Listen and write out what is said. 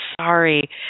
sorry